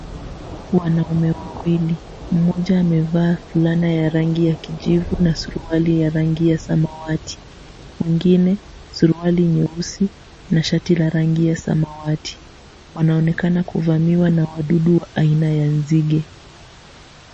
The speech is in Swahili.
Wanaume wawili, mmoja amevaa fulana ya rangi ya kijivi na suruali ya rangi ya samawati. Mwingine suruali nyeusi na shati la rangi ya samawati. Wanaonekana kuvamiwa na wadudu wa aina ya Nzige.